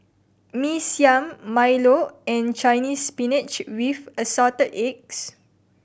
Mee Siam milo and Chinese Spinach with Assorted Eggs